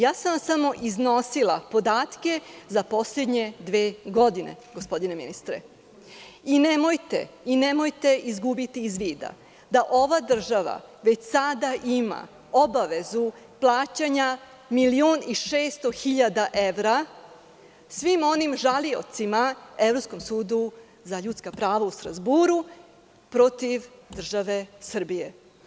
Ja sam vam samo iznosila podatke za poslednje dve godine, gospodine ministre i nemojte izgubiti iz vida da ova država već sada ima obavezu plaćanja 1.600.000 evra svim onim žaliocima Evropskom sudu za ljudska prava u Strazburu protiv države Srbije.